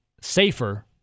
safer